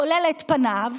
כולל את פניו,